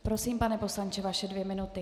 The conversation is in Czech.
Prosím, pane poslanče, vaše dvě minuty.